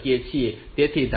તેથી ધારો કે RST 5